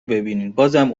ببینینبازم